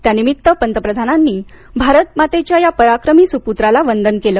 त्या निमित्त पंतप्रधानांनी भारतमातेच्या या पराक्रमी सुपुत्राला वंदन केलं